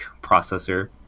processor